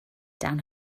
down